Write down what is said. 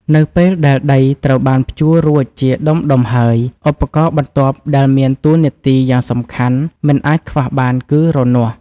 នៅពេលដែលដីត្រូវបានភ្ជួររួចជាដុំៗហើយ ឧបករណ៍បន្ទាប់ដែលមានតួនាទីយ៉ាងសំខាន់មិនអាចខ្វះបានគឺរនាស់។